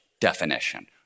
definition